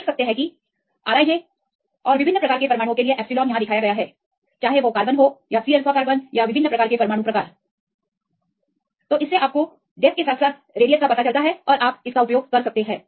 आप देख सकते हैं कि यह R i jऔर विभिन्न प्रकार के परमाणुओं के लिए एप्सिलॉन है चाहे वह कार्बन हो या C अल्फा कार्बन और विभिन्न प्रकार के परमाणु प्रकार आपके पास इन अच्छी तरह से डेप्थ के साथ साथ रेडियस भी हो सकती है और आप इसका उपयोग कर सकते हैं